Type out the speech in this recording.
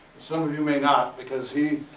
some of you may not, because he.